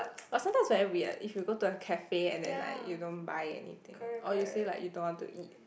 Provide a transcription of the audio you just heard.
but sometimes very weird if you go to a cafe and then like you don't buy anything or you say like you don't want to eat